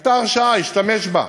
הייתה הרשאה, השתמש בה.